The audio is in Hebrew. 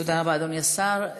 תודה רבה, אדוני השר.